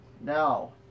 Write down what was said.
now